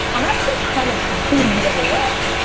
i'm actually kind of completely the other way,